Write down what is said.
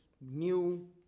new